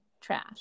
trash